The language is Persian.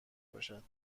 باشد